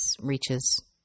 reaches